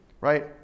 Right